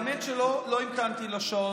האמת היא שלא המתנתי לשעון,